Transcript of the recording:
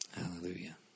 Hallelujah